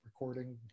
recording